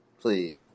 please